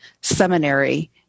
seminary